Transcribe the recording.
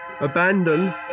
Abandon